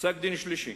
פסק-דין שלישי,